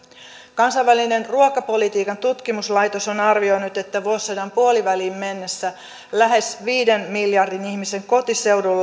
kansainvälinen ruokapolitiikan tutkimuslaitos on arvioinut että vuosisadan puoleenväliin mennessä lähes viiden miljardin ihmisen kotiseudulla